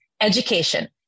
education